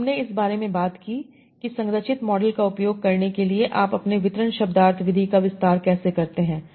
तो हमने इस बारे में बात की कि संरचित मॉडल का उपयोग करने के लिए आप अपने डिस्ट्रीब्यूशन सेमांटिक्स विधि का विस्तार कैसे करते हैं